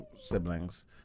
siblings